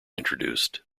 introduced